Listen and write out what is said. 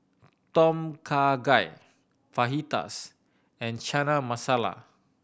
Tom Kha Gai Fajitas and Chana Masala